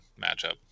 matchup